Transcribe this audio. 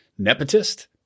nepotist